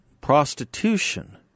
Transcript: prostitution